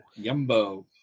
Yumbo